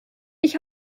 ich